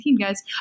guys